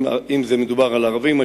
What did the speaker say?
אם מדובר על ערבים,